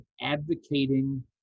advocating